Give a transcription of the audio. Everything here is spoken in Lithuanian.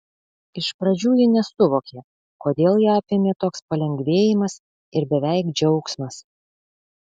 iš pradžių ji nesuvokė kodėl ją apėmė toks palengvėjimas ir beveik džiaugsmas